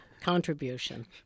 contribution